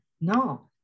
No